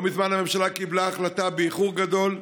לא מזמן הממשלה קיבלה החלטה באיחור גדול.